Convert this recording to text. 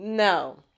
No